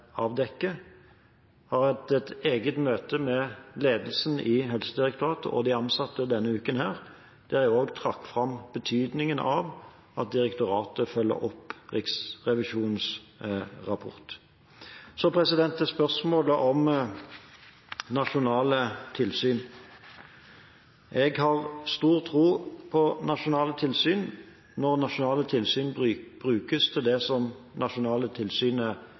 har hatt et eget møte med ledelsen i Helsedirektoratet og de ansatte denne uken, der jeg også trakk fram betydningen av at direktoratet følger opp Riksrevisjonens rapport. Så til spørsmålet om nasjonale tilsyn. Jeg har stor tro på nasjonale tilsyn når nasjonale tilsyn brukes til det som nasjonale tilsyn er